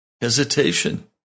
hesitation